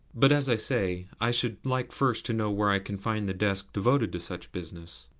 but, as i say, i should like first to know where i can find the desk devoted to such business.